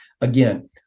Again